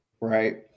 right